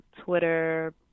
Twitter